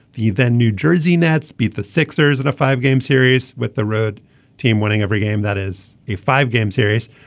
then new jersey nets beat the sixers in a five game series with the red team winning every game that is a five game series.